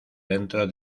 dentro